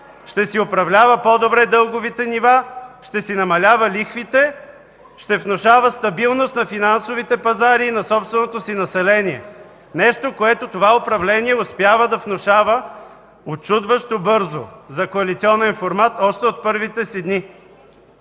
Ще си управлява по-добре дълговите нива, ще си намалява лихвите, ще внушава стабилност на финансовите пазари и на собственото си население – нещо, което това управление успява да внушава учудващо бързо за коалиционен формат, още от първите си дни.